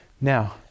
Now